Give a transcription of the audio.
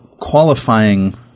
qualifying